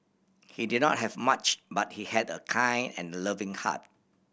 he did not have much but he had a kind and loving heart